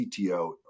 CTO